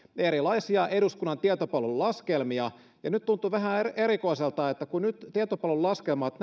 erilaisia eduskunnan tietopalvelun laskelmia nyt tuntuu vähän erikoiselta että kun nyt tietopalvelun laskelmat